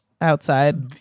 outside